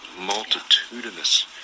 multitudinous